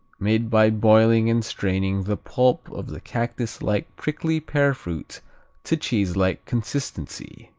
made by boiling and straining the pulp of the cactuslike prickly pear fruit to cheeselike consistency.